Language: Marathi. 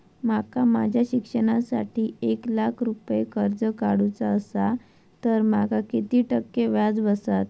माका माझ्या शिक्षणासाठी एक लाख रुपये कर्ज काढू चा असा तर माका किती टक्के व्याज बसात?